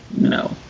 no